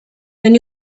when